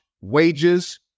wages